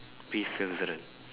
be vigilant